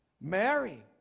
Mary